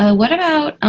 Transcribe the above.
ah what about,